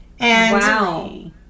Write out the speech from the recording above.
Wow